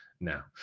now